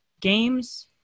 games